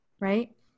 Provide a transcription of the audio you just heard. right